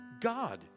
God